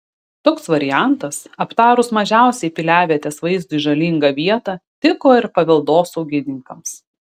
toks variantas aptarus mažiausiai piliavietės vaizdui žalingą vietą tiko ir paveldosaugininkams